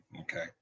Okay